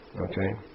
Okay